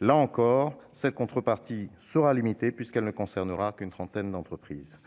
Là encore, cette contrepartie sera limitée en ce qu'elle ne concernera qu'une trentaine d'entreprises.